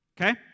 Okay